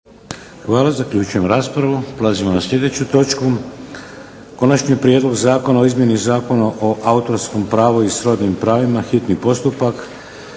**Šeks, Vladimir (HDZ)** Prelazimo na sljedeću točku –- Konačni prijedlog Zakona o izmjeni Zakona o autorskom pravu i srodnim pravima, hitni postupak,